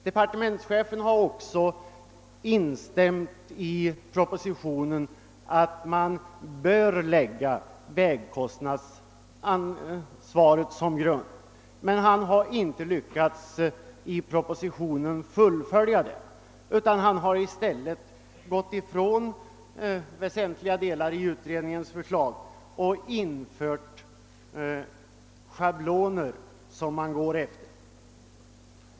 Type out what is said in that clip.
Departementschefen har i propositionen instämt i att man bör lägga vägkostnadsansvaret som grund för beskattningen, men han har inte lyckats fullfölja den tanken. Han har gått ifrån utredningens förslag i väsentliga delar och i stället föreslagit schabloner.